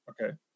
Okay